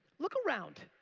look around.